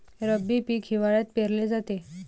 रब्बी पीक हिवाळ्यात पेरले जाते